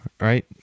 right